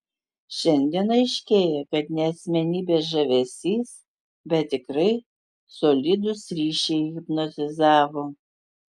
šiandien aiškėja kad ne asmenybės žavesys bet tikrai solidūs ryšiai hipnotizavo